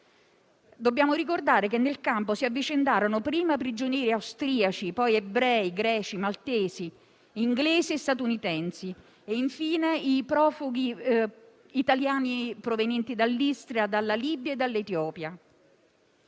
Dobbiamo ricordare che vi si avvicendarono prima prigionieri austriaci, poi ebrei, greci, maltesi, inglesi e statunitensi e infine i profughi italiani provenienti dall'Istria, dalla Libia e dall'Etiopia.